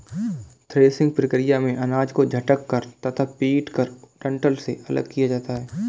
threshing प्रक्रिया में अनाज को झटक कर तथा पीटकर डंठल से अलग किया जाता है